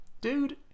dude